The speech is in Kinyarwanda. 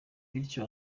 bityo